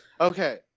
okay